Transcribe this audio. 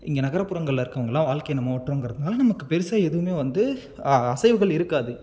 இங்கே நகர்ப்புறங்களில் இருக்கிறவங்கள்லாம் வாழ்க்கை நம்ம ஓட்றங்கிறதுனால நமக்கு பெருசாக எதுவும் வந்து அசைவுகள் இருக்காது